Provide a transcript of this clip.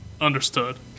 Understood